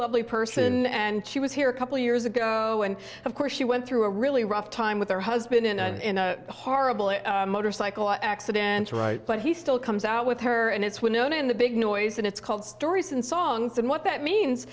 lovely person and she was here a couple years ago and of course she went through a really rough time with her husband in a horrible motorcycle accident right but he still comes out with her and it's well known in the big noise and it's called stories and songs and what that means